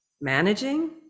managing